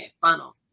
funnel